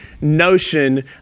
notion